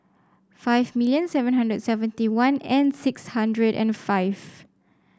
five million seven hundred seventy one and six hundred and five